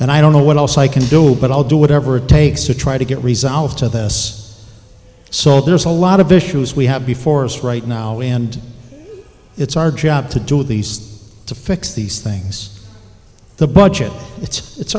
and i don't know what else i can do but i'll do whatever it takes to try to get resolved to this so there's a lot of issues we have before us right now and it's our job to do these things to fix these things the budget it's it's